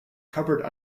covered